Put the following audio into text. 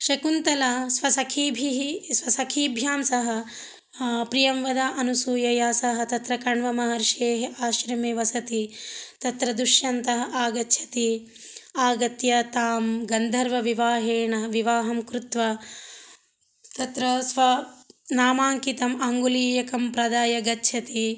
शकुन्तला स्वसखीभिः स्वसखीभ्यां सह प्रियंवदा अनुसूयया सह तत्र कण्वमहर्षेः आश्रमे वसति तत्र दुश्यन्तः आगच्छति आगत्य तां गन्धर्वविवाहेन विवाहं कृत्वा तत्र स्वनामाङ्कितं अङ्गुलीयकं प्रदाय गच्छति